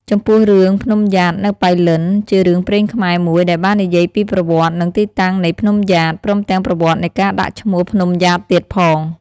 ចំពោះរឿង ភ្នំំយ៉ាតនៅប៉ៃលិន ជារឿងព្រេងខ្មែរមួយដែលបាននិយាយពី ប្រវត្តិ និងទីតាំងនៃភ្នំយ៉ាត ព្រមទាំងប្រវត្តិនៃការដាក់ឈ្មោះភ្នំយ៉ាតទៀតផង។